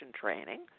training